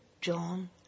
John